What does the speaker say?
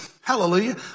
Hallelujah